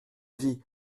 vie